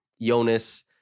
Jonas